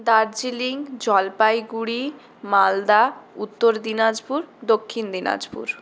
Darjeeling Jalpaiguri Malda Uttar Dinajpur Dakshin Dinajpur